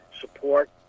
support